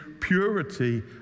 purity